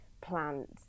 plants